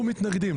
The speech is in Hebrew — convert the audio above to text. אנחנו מתנגדים.